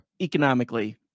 economically